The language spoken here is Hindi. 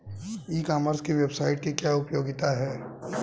ई कॉमर्स की वेबसाइट की क्या उपयोगिता है?